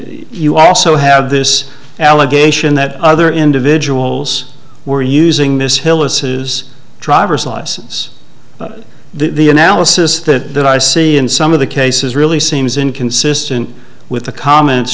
you also have this allegation that other individuals were using this hill ases driver's license the analysis that that i see in some of the cases really seems inconsistent with the comments